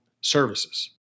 Services